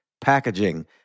packaging